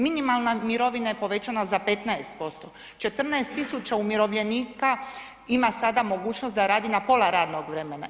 Minimalna mirovina je povećana za 15%, 14 tisuća umirovljenika ima sada mogućnost da radi na pola radnog vremena.